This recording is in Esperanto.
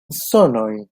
sonojn